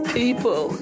people